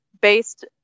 based